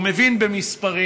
הוא מבין במספרים,